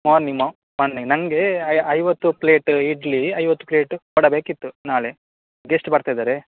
ಮಾರ್ನಿಮಾ morning ನನಗೆ ಐವತ್ತು plate idli ಐವತ್ತು ಪ್ಲೇಟ್ ವಡೆ ಬೇಕಿತ್ತು ನಾಳೆ ಗೆಸ್ಟ್ ಬರ್ತಿದ್ದಾರೆ